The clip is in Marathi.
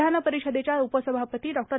विधानपरिषदेच्या उपसभापती डों